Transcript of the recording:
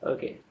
Okay